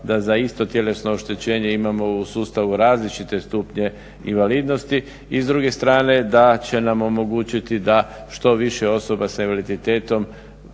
da za isto tjelesno oštećenje imamo u sustavu različite stupnje invalidnosti i s druge strane da će nam omogućiti da što više osoba sa invaliditetom